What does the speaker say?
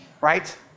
right